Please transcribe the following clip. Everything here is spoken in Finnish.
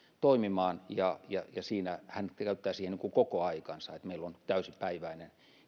toimimaan ja ja hän käyttää siihen koko aikansa eli meillä on täysipäiväinen